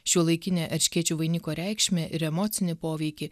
šiuolaikinė erškėčių vainiko reikšmę ir emocinį poveikį